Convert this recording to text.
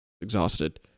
Exhausted